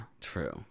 True